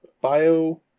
bio